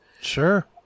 Sure